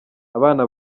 abana